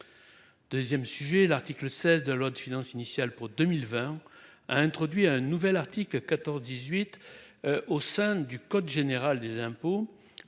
2ème. Sujet, l'article 16 de la loi de finances initiale pour 2020 a introduit un nouvel article 14 18. Au sein du code général des impôts